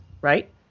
Right